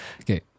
Okay